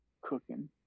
Cooking